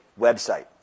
website